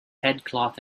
headcloth